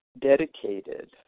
dedicated